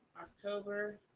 october